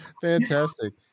fantastic